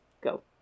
Go